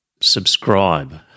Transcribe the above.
subscribe